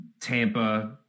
Tampa